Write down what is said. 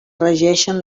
regeixen